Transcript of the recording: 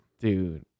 Dude